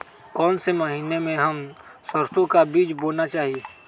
कौन से महीने में हम सरसो का बीज बोना चाहिए?